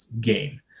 gain